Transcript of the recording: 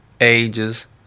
age's